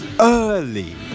Early